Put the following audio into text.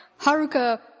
Haruka